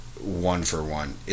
one-for-one